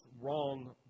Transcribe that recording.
wrong